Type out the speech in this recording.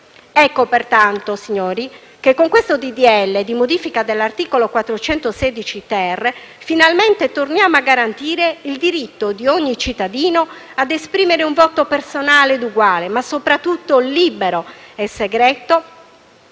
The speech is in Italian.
Ecco pertanto che, con il disegno di legge di modifica dell'articolo 416-*ter*, finalmente torniamo a garantire il diritto di ogni cittadino ad esprimere un voto personale ed eguale, ma soprattutto libero e segreto